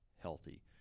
healthy